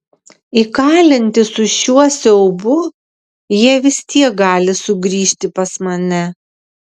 įkalinti su šiuo siaubu jie vis tiek gali sugrįžti pas mane